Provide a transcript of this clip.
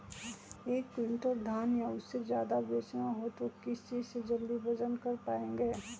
एक क्विंटल धान या उससे ज्यादा बेचना हो तो किस चीज से जल्दी वजन कर पायेंगे?